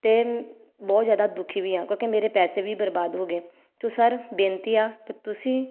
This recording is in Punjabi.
ਅਤੇ ਬਹੁਤ ਜ਼ਿਆਦਾ ਦੁਖੀ ਵੀ ਹਾਂ ਕਿਉਂਕਿ ਮੇਰੇ ਪੈਸੇ ਵੀ ਬਰਬਾਦ ਹੋ ਗਏ ਅਤੇ ਸਰ ਬੇਨਤੀ ਆ ਕਿ ਤੁਸੀਂ